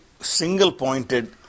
single-pointed